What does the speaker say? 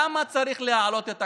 למה צריך להעלות את הקנסות?